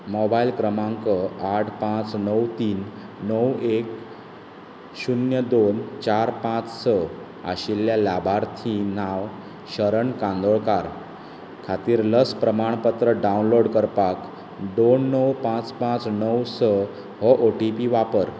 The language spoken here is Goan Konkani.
मोबायल क्रमांक आठ पांच णव तीन णव एक शुन्य दोन चार पांच स आशिल्ल्या लाभार्थी नांव शरण कांदोळकार खातीर लस प्रमाण पत्र डावनलोड करपाक दोन णव पांच पांच णव स हो ओ टी पी वापर